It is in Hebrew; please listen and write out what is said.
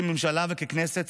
כממשלה וככנסת,